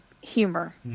humor